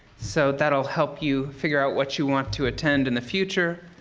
so that'll help you figure out what you want to attend in the future,